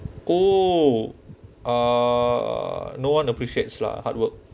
oh uh no one appreciates lah hard work